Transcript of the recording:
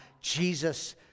Jesus